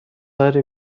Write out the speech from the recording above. داری